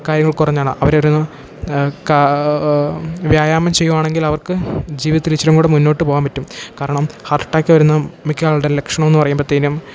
കായികം കുറഞ്ഞാണ് അവരൊരൂ വ്യായാമം ചെയ്യുകയാണെങ്കിലവർക്ക് ജീവിതത്തിലിച്ചിരിയും കൂടി മുന്നോട്ട് പോകാൻ പറ്റും കാരണം ഹാർട്ട് അറ്റാക്ക് വരുന്ന മിക്ക ആളുടെ ലക്ഷണമെന്നു പറയുമ്പോഴത്തേനും